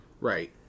Right